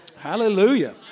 Hallelujah